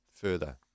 further